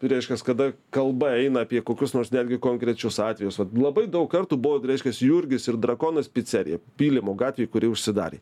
reiškias kada kalba eina apie kokius nors netgi konkrečius atvejus vat labai daug kartų buvo reiškias jurgis ir drakonas picerija pylimo gatvėj kuri užsidarė